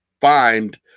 find